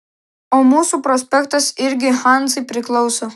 o mūsų prospektas irgi hanzai priklauso